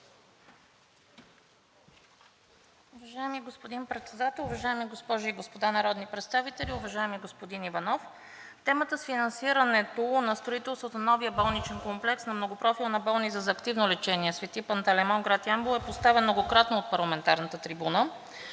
Уважаеми господин Председател, уважаеми госпожи и господа народни представители! Уважаеми господин Иванов, темата с финансирането на строителството на новия болничен комплекс на Многопрофилна болница за активно лечение „Свети Пантелеймон“ – град Ямбол, е поставян многократно от парламентарната трибуна.